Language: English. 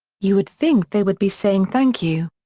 you would think they would be saying thank you.